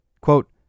Quote